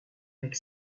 avec